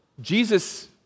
Jesus